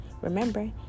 Remember